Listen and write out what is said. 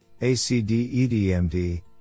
ACDEDMD